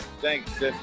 thanks